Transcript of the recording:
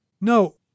No